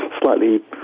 slightly